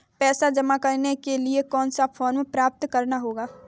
पैसा जमा करने के लिए कौन सा फॉर्म प्राप्त करना होगा?